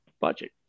budget